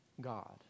God